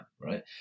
right